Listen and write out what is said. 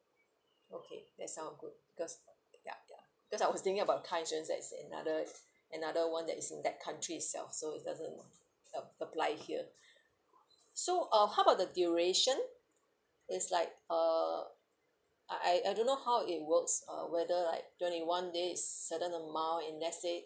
okay that sound good because ya ya cause I was thinking about car insurance as in other another [one] that is in the country itself so it doesn't uh apply here so uh how about the duration it's like uh I I I don't know how it works uh whether like twenty one days certain amount and let's say